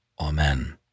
Amen